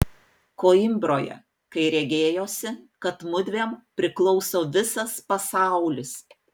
koimbroje kai regėjosi kad mudviem priklauso visas pasaulis